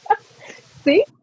see